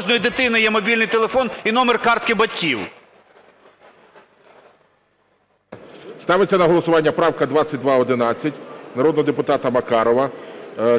Ставиться на голосування правка 2222 народного депутата Олега Макарова.